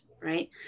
right